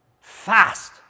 Fast